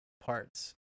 parts